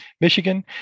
Michigan